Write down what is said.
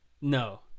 no